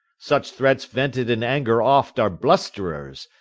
such threats vented in anger oft, are blusterers,